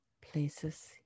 places